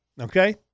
Okay